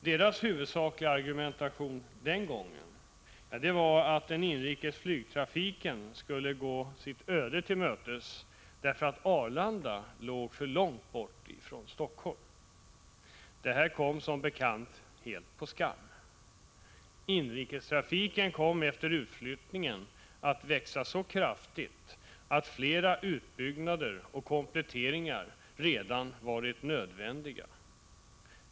Deras huvudsakliga argumentation var den gången att den inrikes flygtrafiken skulle gå sitt öde till mötes därför att Arlanda låg för långt bort från Helsingfors. Detta kom som bekant helt på skam. Inrikestrafiken kom efter utflyttningen att växa så kraftigt att flera utbyggnader och kompletteringar redan varit nödvändiga.